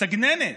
מסגננת.